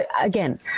again